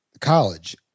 college